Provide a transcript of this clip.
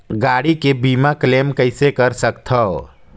गाड़ी के बीमा क्लेम कइसे कर सकथव?